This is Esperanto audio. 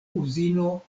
uzino